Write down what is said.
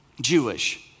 Jewish